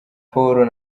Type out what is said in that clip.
paul